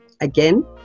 Again